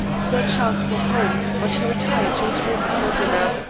sir charles is at home, but he retired to his room before dinner.